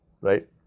right